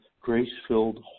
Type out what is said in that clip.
grace-filled